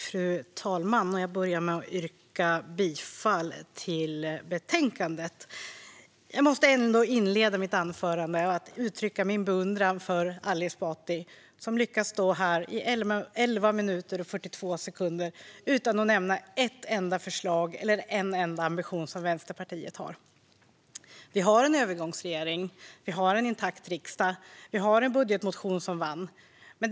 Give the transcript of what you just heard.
Fru talman! Jag börjar med att yrka bifall till utskottets förslag i betänkandet. Jag vill inleda mitt anförande med att uttrycka min beundran för Ali Esbati, som lyckas stå i talarstolen i 11 minuter och 42 sekunder utan att nämna ett enda förslag eller en enda ambition som Vänsterpartiet har. Visst har Sverige en övergångsregering, men vi har också en intakt riksdag. Vi har en budgetmotion som vann i voteringen.